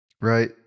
right